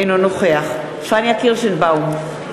אינו נוכח פניה קירשנבאום,